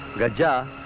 raja